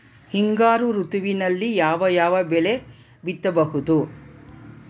ಹಿಂಗಾರು ಋತುವಿನಲ್ಲಿ ಯಾವ ಯಾವ ಬೆಳೆ ಬಿತ್ತಬಹುದು?